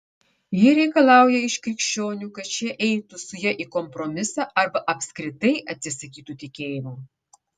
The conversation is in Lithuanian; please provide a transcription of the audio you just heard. ji reikalauja iš krikščionių kad šie eitų su ja į kompromisą arba apskritai atsisakytų tikėjimo